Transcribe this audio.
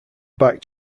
back